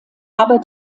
aber